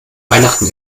weihnachten